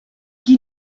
qui